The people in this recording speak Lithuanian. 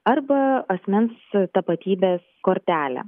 arba asmens tapatybės kortelę